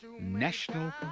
national